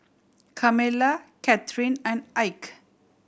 Carmella Kathrine and Ike